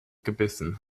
gebissen